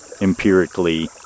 empirically